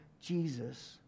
Jesus